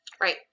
Right